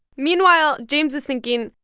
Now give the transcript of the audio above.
meanwhile, james is thinking,